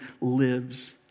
lives